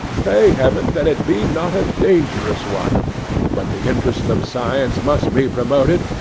pray heaven that it be not a dangerous one but the interests of science must be promoted,